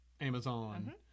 Amazon